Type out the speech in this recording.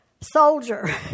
soldier